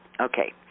Okay